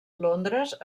londres